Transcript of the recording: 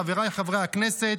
חבריי חברי הכנסת,